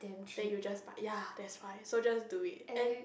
then you just buy~ ya that's why so just do it and